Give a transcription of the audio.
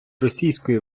російської